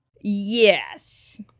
Yes